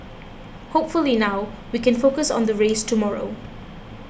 hopefully now we can focus on the race tomorrow